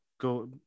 go